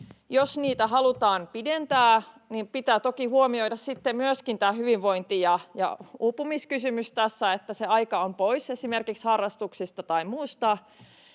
Jos niitä halutaan pidentää, niin pitää toki huomioida sitten myöskin tämä hyvinvointi‑ ja uupumiskysymys tässä, että se aika on pois esimerkiksi harrastuksista tai muusta.